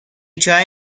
چای